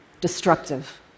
destructive